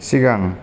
सिगां